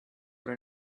what